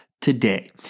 today